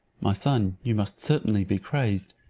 my son, you must certainly be crazed,